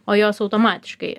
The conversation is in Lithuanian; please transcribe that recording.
o jos automatiškai